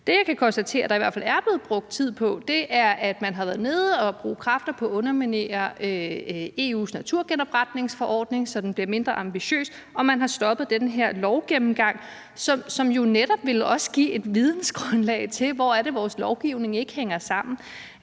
Det, jeg kan konstatere at der i hvert fald er blevet brugt tid på, er, at man har været nede og bruge kræfter på at underminere EU's naturgenopretningsforordning, så den bliver mindre ambitiøs, og man har stoppet den her lovgennemgang, som jo netop også ville give et vidensgrundlag i forhold til at kunne se, hvor det er, vores lovgivning ikke hænger sammen.